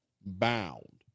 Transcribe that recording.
Bound